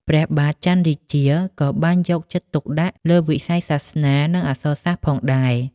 ព្រះបាទចន្ទរាជា ក៏បានយកចិត្តទុកដាក់លើវិស័យសាសនា និងអក្សរសាស្ត្រផងដែរ។